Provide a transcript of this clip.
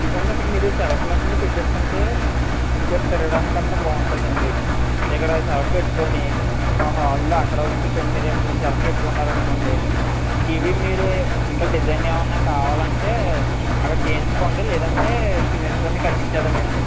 ఇదిగోనండీ ఇలా మీరు ఇక్కడ షెల్ఫ్లన్నీ పెట్టేసుకుంటే ఇక్కడ తిరగడానికి గట్రా బాగుంటుందండి ఇక్కడ షెల్ఫ్ పెట్టుకుని ఆ హాల్లో అక్కడ ఒకటి డిజైన్ షెల్ఫ్ పెట్టుకున్నారనుకోండి ఇవి మీరే ఇంకా డిజైన్ ఏమైనా కావాలంటే అక్కడ చేయించుకోండి లేదంటే సిమెంట్తోనే కట్టించ్చేద్దామండి